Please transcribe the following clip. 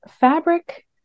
fabric